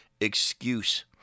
excuse